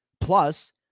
Plus